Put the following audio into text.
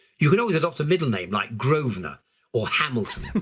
you can always adopt a middle name like grosvenor or hamilton. um